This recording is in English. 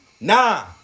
nah